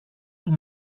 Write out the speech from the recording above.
του